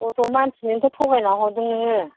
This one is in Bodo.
गथ' मानसिनो नोथ' थगायना हरदों नोङो